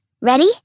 ready